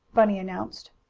bunny announced.